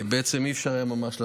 בעצם אי-אפשר היה ממש לעשות.